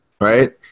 right